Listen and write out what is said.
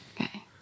Okay